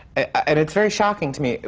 and it's very shocking to me.